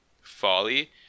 Folly